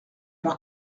par